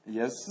Yes